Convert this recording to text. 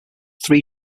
three